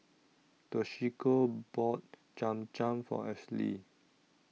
Toshiko bought Cham Cham For Ashely